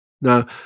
Now